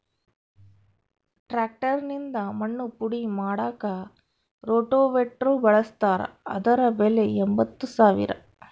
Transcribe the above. tractor ನಿಂದ ಮಣ್ಣು ಪುಡಿ ಮಾಡಾಕ ರೋಟೋವೇಟ್ರು ಬಳಸ್ತಾರ ಅದರ ಬೆಲೆ ಎಂಬತ್ತು ಸಾವಿರ